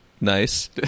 Nice